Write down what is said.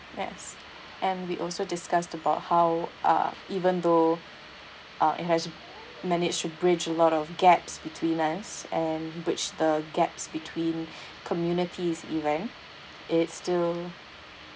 yes and we also discussed about how uh even though uh it has managed to bridge a lot of gaps between us and bridge the gaps between communities right it still